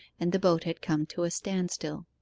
and the boat had come to a standstill.